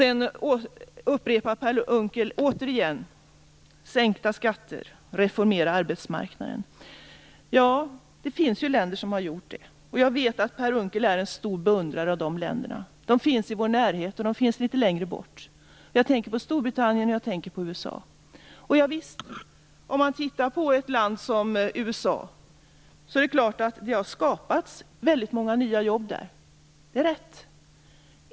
Per Unckel upprepar återigen att vi skall sänka skatter och reformera arbetsmarknaden. Det finns länder som har gjort det. Jag vet att Per Unckel är en stor beundrare av de länderna. De finns i vår närhet, och de finns litet längre bort. Jag tänker på Storbritannien, och jag tänker på USA. Visst har det i ett land som USA skapats väldigt många nya jobb. Det är rätt.